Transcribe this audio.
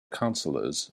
councillors